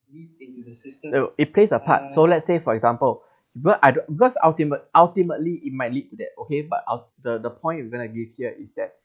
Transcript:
it will it plays a part so let's say for example be~ I because ultimate ultimately it might lead to that okay but I'll the the point you going to give here is that